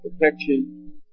protection